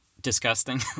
disgusting